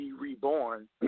reborn